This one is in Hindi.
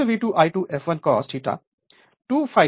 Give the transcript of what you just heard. तो x V2 I2 fl cos theta 2 ∅2 है